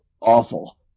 Awful